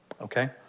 Okay